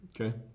Okay